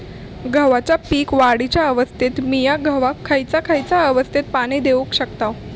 गव्हाच्या पीक वाढीच्या अवस्थेत मिया गव्हाक खैयचा खैयचा अवस्थेत पाणी देउक शकताव?